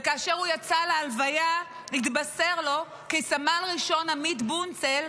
וכאשר הוא יצא להלוויה התבשר לו כי סמל ראשון עמית בונצל,